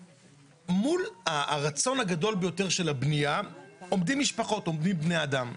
מול הרצון הגדול ביותר של הבניה עומדות משפחות ועומדים בני אדם.